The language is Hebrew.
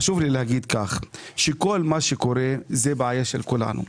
חשוב לי להגיד שכל מה שקורה זה בעיה של כולנו.